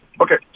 Okay